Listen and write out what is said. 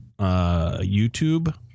YouTube